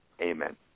Amen